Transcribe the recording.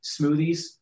smoothies